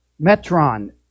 Metron